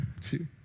two